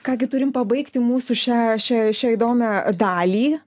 ką gi turim pabaigti mūsų šią šią šią įdomią dalį